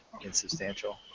insubstantial